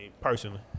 personally